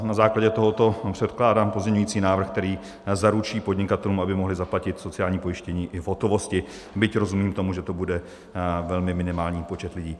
Na základě toho předkládám pozměňující návrh, který zaručí podnikatelům, aby mohli zaplatit sociální pojištění i v hotovosti, byť rozumím tomu, že to bude velmi minimální počet lidí.